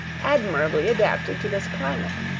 admirably adapted to this climate.